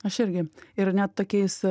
aš irgi ir net tokiais